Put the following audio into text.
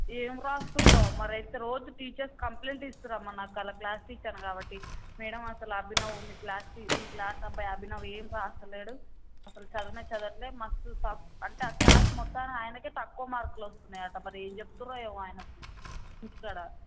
ఏం రాస్తున్నాడో మరి అయితే రోజు టీచర్స్ కంప్లైంట్ ఇస్తున్నారమ్మా నాకు వాళ్ళ క్లాస్ టీచర్ని కాబట్టి మేడం అసలు అభినవ్ మీ క్లాస్ టీ మీ క్లాస్ అబ్బాయి అభినవ్ ఏం రాస్తలేడు అసలు చదవనే చదవట్లేదు మస్తు సా అంటే క్లాస్ మొత్తానికి ఆయనకే తక్కువ మార్కులు వస్తున్నాయి అంట మరి ఏం చెప్తున్నారో ఏమో ఆయనకి ఇంటికాడ